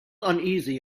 uneasy